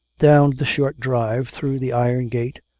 down the short drive, through the iron gate,